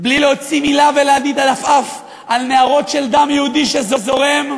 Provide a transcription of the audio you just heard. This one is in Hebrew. בלי להוציא מילה ולהרים עפעף על נהרות של דם יהודי שזורם.